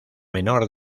menor